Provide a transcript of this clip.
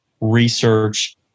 research